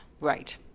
right